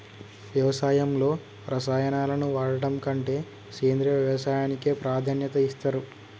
వ్యవసాయంలో రసాయనాలను వాడడం కంటే సేంద్రియ వ్యవసాయానికే ప్రాధాన్యత ఇస్తరు